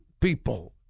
people